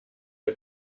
wir